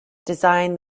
design